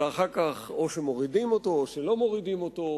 ואחר כך או שמורידים אותו או שלא מורידים אותו.